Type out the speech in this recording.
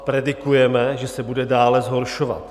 Predikujeme, že se bude dále zhoršovat.